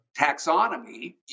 taxonomy